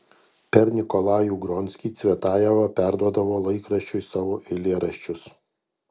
per nikolajų gronskį cvetajeva perduodavo laikraščiui savo eilėraščius